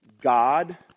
God